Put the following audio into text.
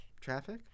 Traffic